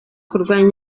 kurwanya